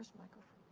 microphone